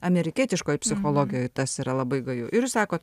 amerikietiškoj psichologijoj tas yra labai gaju ir jūs sakot